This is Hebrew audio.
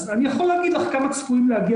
אז אני יכול להגיד לך כמה צפויים להגיע